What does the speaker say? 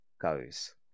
goes